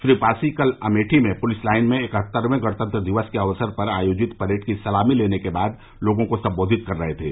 श्री पासी कल अमेठी में police line में इकहत्तरवे गणतंत्र दिवस के अवसर पर आयोजित परेड की सलामी लेने के बाद लोगों को संबोधित कर रहे थे